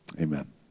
Amen